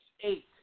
eight